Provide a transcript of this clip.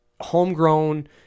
homegrown